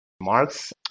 Marx